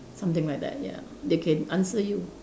something like that ya they can answer you